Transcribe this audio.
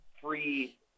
free